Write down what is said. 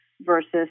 versus